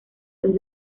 los